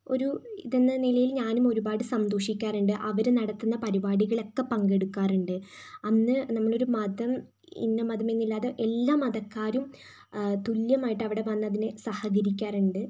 ഒരു ഇതെന്ന നിലയിൽ ഞാനും ഒരുപാട് സന്തോഷിക്കാറുണ്ട് അവർ നടത്തുന്ന പരിപാടികളൊക്കെ പങ്കെടുക്കാറുണ്ട് അന്നു നമ്മളൊരു മതം ഇന്ന മതമെന്നില്ലാതെ എല്ലാ മതക്കാരും തുല്യമായിട്ട് അവിടെ വന്നതിന് സഹകരിക്കാറുണ്ട്